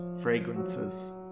fragrances